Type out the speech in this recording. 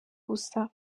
gusa